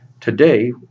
Today